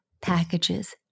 packages